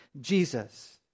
Jesus